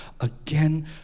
again